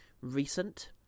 recent